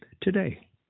today